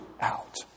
out